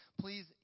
please